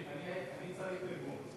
אני צריך תרגום.